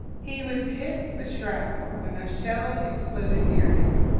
he was hit with shrapnel when a shell exploded near him.